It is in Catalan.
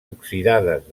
oxidades